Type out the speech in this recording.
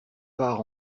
part